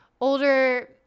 older